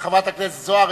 חברת הכנסת זוארץ,